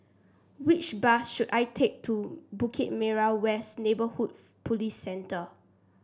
which bus should I take to Bukit Merah West Neighbourhood Police Centre